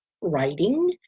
writing